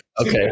Okay